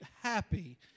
happy